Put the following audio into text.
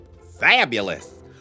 Fabulous